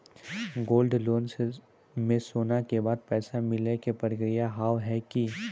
Gold loan मे सोना के बदले पैसा मिले के प्रक्रिया हाव है की?